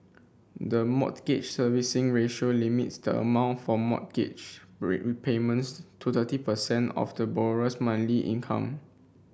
the Mortgage Servicing Ratio limits the amount for mortgage repayments to thirty percent of the borrower's monthly income